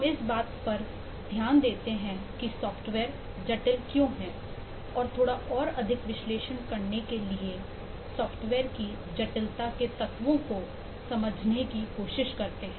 हम इस बात पर ध्यान देते हैं कि सॉफ्टवेयर जटिल क्यों है और थोड़ा और अधिक विश्लेषण करने के लिए सॉफ्टवेयर की जटिलता के तत्वों को समझने की कोशिश करते हैं